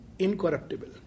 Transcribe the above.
incorruptible